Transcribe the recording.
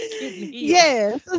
yes